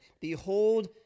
behold